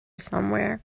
somewhere